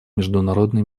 международной